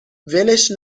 ولش